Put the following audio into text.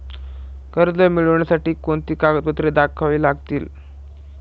कर्ज मिळण्यासाठी कोणती कागदपत्रे दाखवावी लागतील?